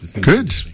Good